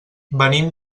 venim